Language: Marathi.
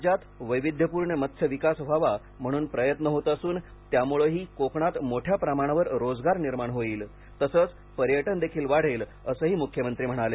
राज्यात वैविध्यपूर्ण मत्स्य विकास व्हावा म्हणून प्रयत्न होत असून त्यामुळेही कोकणात मोठ्या प्रमाणावर रोजगार निर्माण होईल तसेच पर्यटनही वाढेल असंही मुख्यमंत्री म्हणाले